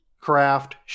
craft